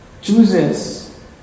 chooses